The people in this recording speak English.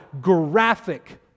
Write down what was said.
graphic